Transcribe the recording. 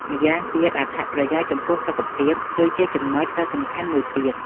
ម្យ៉ាងទៀត អត្ថប្រយោជន៍ចំពោះសុខភាព គឺជាចំណុចដ៏សំខាន់មួយទៀត។